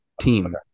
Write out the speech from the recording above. team